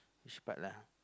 which part lah